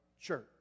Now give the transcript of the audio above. church